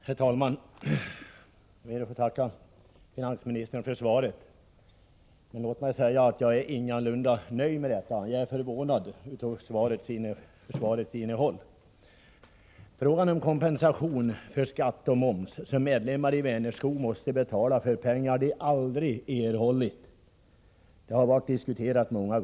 Herr talman! Jag ber att få tacka finansministern för svaret på min fråga. Låt mig säga att jag ingalunda är nöjd med det. Jag är förvånad över svarets innehåll. Vi har många gånger diskuterat frågan om kompensation för den skatt som medlemmar i Vänerskog måste betala för pengar som de aldrig har erhållit.